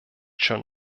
schon